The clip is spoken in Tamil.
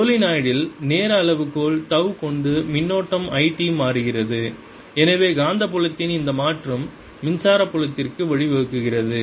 சோலெனாய்டில் நேர அளவுகோல் தவ் கொண்டு மின்னோட்டம் I t மாறுகிறது எனவே காந்தப்புலத்தின் இந்த மாற்றம் மின்சார புலத்திற்கு வழிவகுக்கிறது